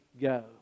go